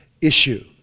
issue